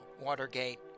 Watergate